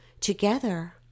Together